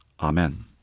Amen